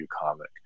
comic